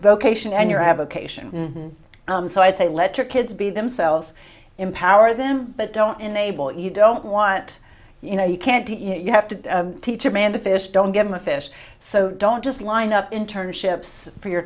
vocation and your avocation so i say let your kids be themselves empower them but don't enable it you don't want you know you can't you have to teach a man to fish don't give him a fish so don't just line up internships for your